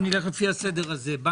אני אומר מה סדר הדיון.